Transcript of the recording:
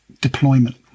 deployment